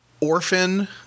orphan